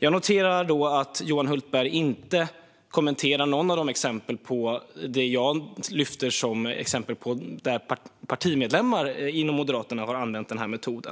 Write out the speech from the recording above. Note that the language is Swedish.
Jag noterade att Johan Hultberg inte kommenterade något av de exempel som jag har lyft fram där partimedlemmar i Moderaterna har använt denna metod.